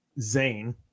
Zane